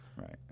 Right